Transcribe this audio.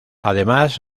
además